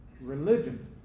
religion